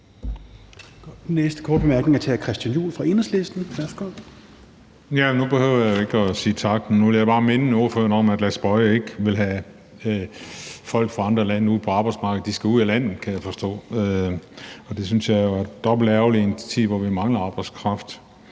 Værsgo. Kl. 16:24 Christian Juhl (EL): Nu behøver jeg jo ikke at sige tak, men jeg vil bare minde ordføreren om, at Lars Boje Mathiesen ikke vil have folk fra andre lande ud på arbejdsmarkedet. De skal ud af landet, kan jeg forstå, og det synes jeg jo er dobbelt ærgerligt i en tid, hvor vi mangler arbejdskraft.